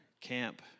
Camp